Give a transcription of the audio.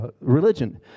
religion